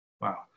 Wow